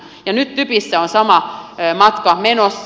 nyt typessä on sama matka menossa